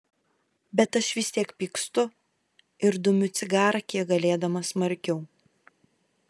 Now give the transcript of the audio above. bet aš vis tiek pykstu ir dumiu cigarą kiek galėdamas smarkiau